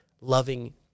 loving